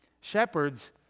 Shepherds